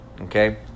okay